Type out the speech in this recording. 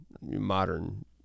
modern